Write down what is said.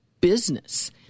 business